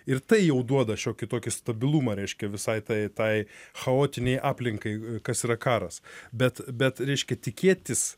ir tai jau duoda šiokį tokį stabilumą reiškia visai tai tai chaotinei aplinkai kas yra karas bet bet reiškia tikėtis